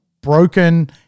broken